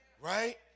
Right